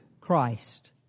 Christ